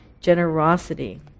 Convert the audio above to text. generosity